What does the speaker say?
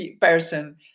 person